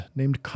named